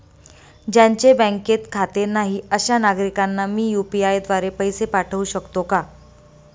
ज्यांचे बँकेत खाते नाही अशा नागरीकांना मी यू.पी.आय द्वारे पैसे पाठवू शकतो का?